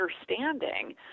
understanding